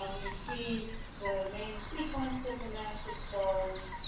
um you see the main sequence of the massive stars.